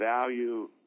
value